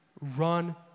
run